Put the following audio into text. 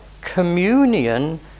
communion